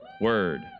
word